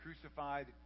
crucified